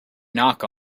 knock